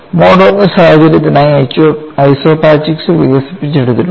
mode 1 സാഹചര്യത്തിനായി isopachics വികസിപ്പിച്ചെടുത്തിട്ടുണ്ട്